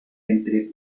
entre